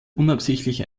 unabsichtlich